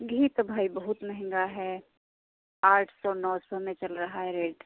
घी तो भाई बहुत महंगा है आठ सौ नौ सौ में चल रहा है रेट